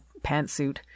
pantsuit